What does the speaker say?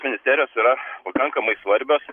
ministerijos yra pakankamai svarbios